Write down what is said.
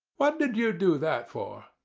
what did you do that for?